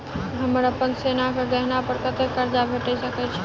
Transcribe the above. हमरा अप्पन सोनाक गहना पड़ कतऽ करजा भेटि सकैये?